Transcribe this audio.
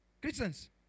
Christians